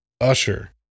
Usher